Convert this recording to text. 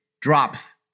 drops